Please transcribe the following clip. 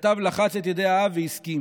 הכתב לחץ את ידי האב והסכים.